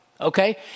Okay